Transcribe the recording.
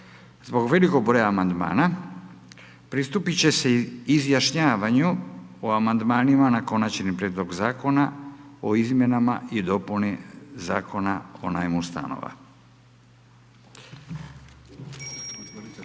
zbog velikog broja amandmana, pristupiti će se izjašnjavanju o amandmanima na konačni prijedlog zakona, o izmjenama i dopuni Zakona o najmu stanova. Sada idemo